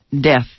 death